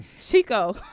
Chico